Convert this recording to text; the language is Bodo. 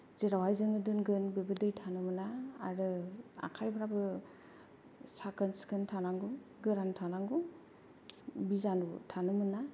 जेरावहाय जों दोनगोन बेवबो दै थानो मोना आरो आखाइफ्राबो साखोन सिखोन थानांगौ गोरान थानांगौ बिजानु थानो मोना